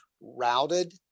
routed